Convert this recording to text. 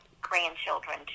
grandchildren